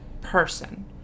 person